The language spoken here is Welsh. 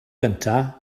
gyntaf